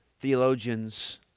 Theologians